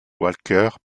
walker